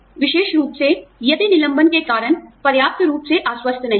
विशेष रूप से यदि निलंबन के कारण पर्याप्त रूप से आश्वस्त नहीं हैं